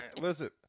Listen